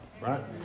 right